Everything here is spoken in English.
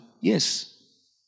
Yes